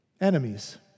Enemies